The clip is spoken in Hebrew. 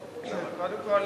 קודם כול,